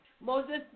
Moses